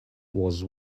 was